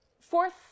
fourth